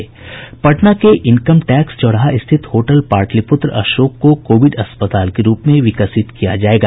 पटना के income tax चौराहा स्थित होटल पाटलिपुत्र अशोक को कोविड अस्पताल के रूप में विकसित किया जायेगा